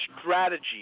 strategy